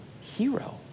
hero